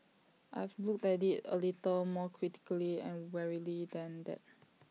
I've looked at IT A little more critically and warily than that